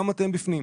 גם אתם בפנים.